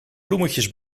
bloemetjes